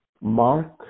Mark